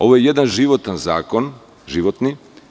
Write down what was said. Ovo je jedan životan zakon, životni.